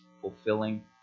fulfilling